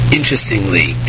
Interestingly